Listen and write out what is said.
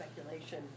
speculation